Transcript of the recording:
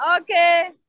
Okay